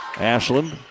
Ashland